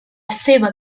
seva